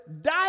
die